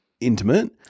intimate